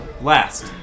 Last